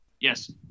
Yes